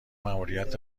مأموریت